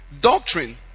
Doctrine